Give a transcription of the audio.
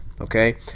okay